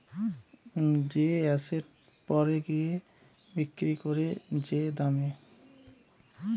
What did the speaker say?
যে এসেট পরে গিয়ে বিক্রি করে যে দামে